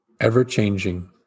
Ever-changing